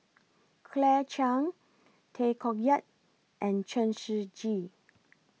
Claire Chiang Tay Koh Yat and Chen Shiji